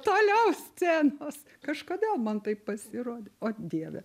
toliau scenos kažkodėl man taip pasirodė o dieve